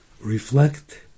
reflect